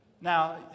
Now